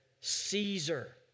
Caesar